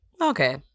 okay